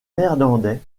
néerlandais